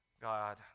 God